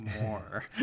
More